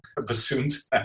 bassoons